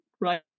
right